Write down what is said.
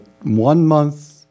one-month